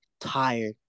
tired